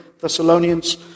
Thessalonians